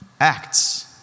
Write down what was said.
acts